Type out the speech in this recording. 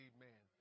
Amen